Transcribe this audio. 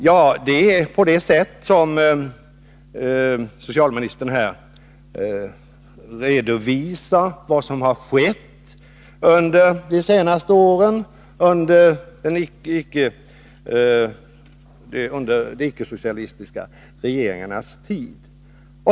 Jo, det är det sätt på vilket socialministern här redovisar vad som har skett under de senaste åren, under de icke-socialistiska regeringarnas tid.